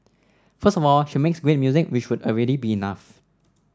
first of all she makes great music which would already be enough